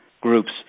groups